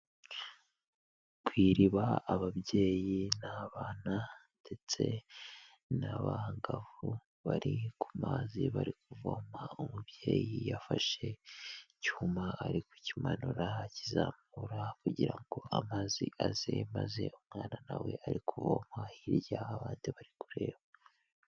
Ku iriba ababyeyi n'abana ndetse n'abangavu bari ku mazi bari kuvoma, umubyeyi yafashe icyuma ari kukimanura akizamura kugira ngo amazi aze maze umwana na we ari kuvoma, hirya abandi bari kureba.